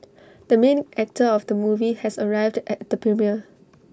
the main actor of the movie has arrived at the premiere